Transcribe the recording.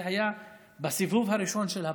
זה היה בסיבוב הראשון של הבחירות.